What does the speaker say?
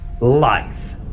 Life